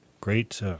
Great